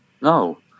No